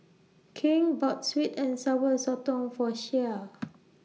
King bought Sweet and Sour Sotong For Shea